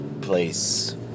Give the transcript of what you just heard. place